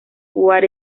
what